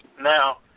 Now